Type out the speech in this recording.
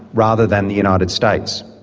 rather than the united states.